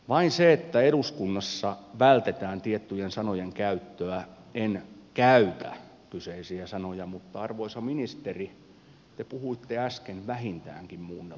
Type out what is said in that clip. vain siksi että eduskunnassa vältetään tiettyjen sanojen käyttöä en käytä kyseisiä sanoja mutta arvoisa ministeri te puhuitte äsken vähintäänkin muunneltua totuutta